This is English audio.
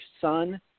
son